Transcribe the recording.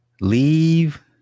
leave